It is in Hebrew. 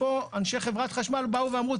פה אנשי חברת חשמל באו ואמרו,